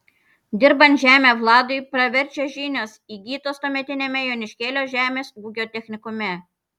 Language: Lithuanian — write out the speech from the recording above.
dirbant žemę vladui praverčia žinios įgytos tuometiniame joniškėlio žemės ūkio technikume